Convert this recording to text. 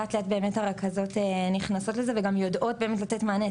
לאט לאט באמת הרכזות נכנסות לזה וגם יודעות באמת לתת מענה.